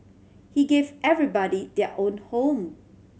he gave everybody their own home